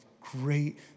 great